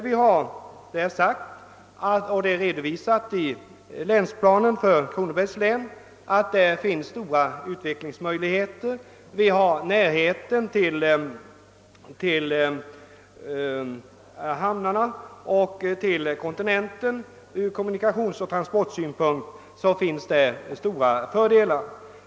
Vi har i enlighet med vad som redovisats i länsplanen för Kronobergs län uttalat att det där finns stora utvecklingsmöjligheter. Närheten = till hamnarna och till kontinenten medför från kommunikationsoch transportsynpunkt stora fördelar.